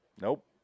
Nope